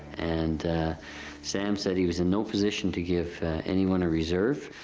and sam said he was in no position to give anyone a reserve,